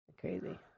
Crazy